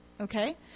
Okay